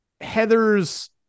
Heather's